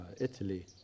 Italy